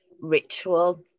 ritual